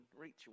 reach